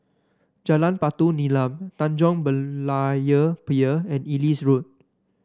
Jalan Batu Nilam Tanjong Berlayer Pier and Ellis Road